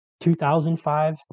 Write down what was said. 2005